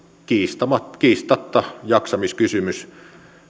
kiistatta kiistatta jaksamiskysymys